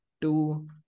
two